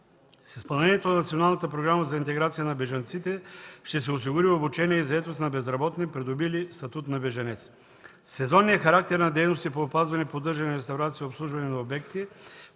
на бежанците ще се осигури обучение и заетост на безработни, придобили статут на бежанец. Сезонният характер на дейности по опазване, поддържане и реставрация и обслужване на обекти,